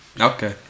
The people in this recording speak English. okay